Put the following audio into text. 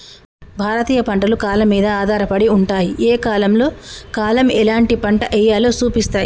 భారతీయ పంటలు కాలం మీద ఆధారపడి ఉంటాయి, ఏ కాలంలో కాలం ఎలాంటి పంట ఎయ్యాలో సూపిస్తాయి